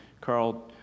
Carl